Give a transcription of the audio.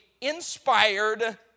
inspired